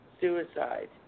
suicide